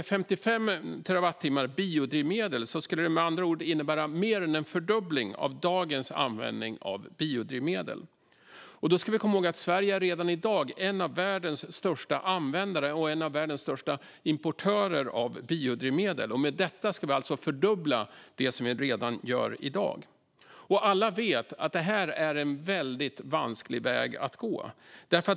55 terawattimmar biodrivmedel skulle med andra ord innebära mer än en fördubbling av dagens användning av biodrivmedel. Då ska vi komma ihåg att Sverige redan i dag är en av världens största användare och en av världens största importörer av biodrivmedel. Med detta ska vi alltså fördubbla användningen jämfört med i dag. Alla vet att det här är en väldigt vansklig väg att gå.